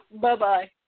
Bye-bye